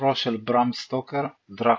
לספרו של ברם סטוקר "דרקולה".